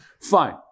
Fine